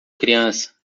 criança